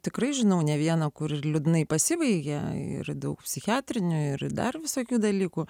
tikrai žinau ne vieną kuris liūdnai pasibaigė ir daug psichiatrinių ir dar visokių dalykų